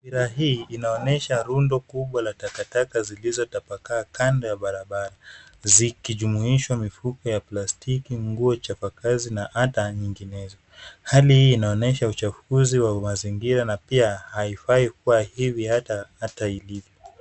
Hii inaonyesha rundo kubwa la takataka zilizo tapakaa kando ya barabara, zilijumuisha mifuko ya plastiki na nguo ya chapakazi na hata nyinginezo. Hali hii inaonyesha uchafuzi wa mazingira na pia haifai kuwa hivyo hata ilivyo.